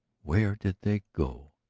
where did they go?